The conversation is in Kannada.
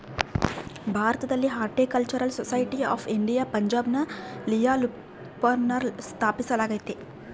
ಭಾರತದಲ್ಲಿ ಹಾರ್ಟಿಕಲ್ಚರಲ್ ಸೊಸೈಟಿ ಆಫ್ ಇಂಡಿಯಾ ಪಂಜಾಬ್ನ ಲಿಯಾಲ್ಪುರ್ನಲ್ಲ ಸ್ಥಾಪಿಸಲಾಗ್ಯತೆ